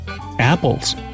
Apples